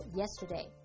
yesterday